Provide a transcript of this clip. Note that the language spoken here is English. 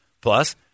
Plus